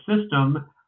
system